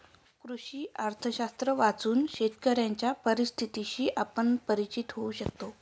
कृषी अर्थशास्त्र वाचून शेतकऱ्यांच्या परिस्थितीशी आपण परिचित होऊ शकतो